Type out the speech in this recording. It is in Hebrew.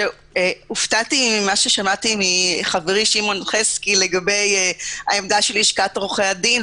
הופתעתי ממה ששמעתי מחברי שמעון חסקי לגבי העמדה של לשכת עורכי הדין,